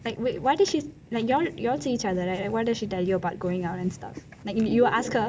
like wait what does she you all see each other right what does she tell you about going out and stuff